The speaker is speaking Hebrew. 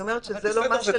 אני אומרת שזה לא מה שלפנינו.